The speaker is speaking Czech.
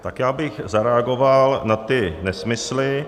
Tak já bych zareagoval na ty nesmysly.